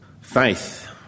Faith